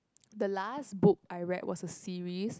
the last book I read was a series